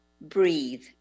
Breathe